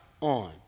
on